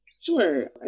Sure